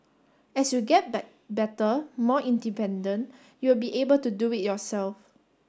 as you get better more independent you will be able to do it yourself